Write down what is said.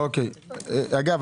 אגב,